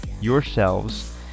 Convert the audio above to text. yourselves